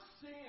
sin